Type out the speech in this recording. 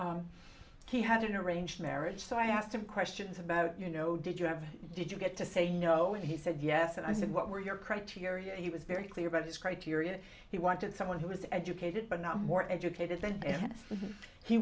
he had an arranged marriage so i asked him questions about you know did you have did you get to say no and he said yes and i said what were your criteria and he was very clear about his criteria he wanted someone who was educated but not more educated